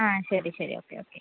ആ ശരി ശരി ഓക്കെ ഓക്കെ